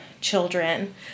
children